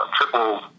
triple